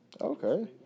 Okay